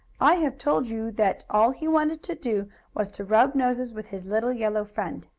i have told you that all he wanted to do was to rub noses with his little yellow friend.